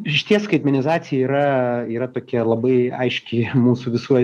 išties skaitmenizacija yra yra tokia labai aiški mūsų visų